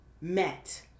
met